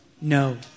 No